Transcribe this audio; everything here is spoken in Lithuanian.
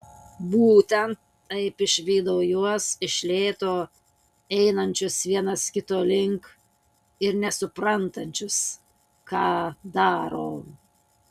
būtent taip išvydau juos iš lėto einančius vienas kito link ir nesuprantančius ką daro